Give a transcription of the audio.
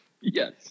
Yes